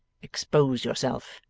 expose yourself